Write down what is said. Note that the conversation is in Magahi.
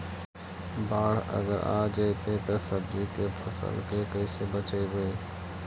बाढ़ अगर आ जैतै त सब्जी के फ़सल के कैसे बचइबै?